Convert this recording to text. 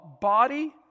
body